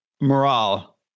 Morale